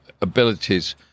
abilities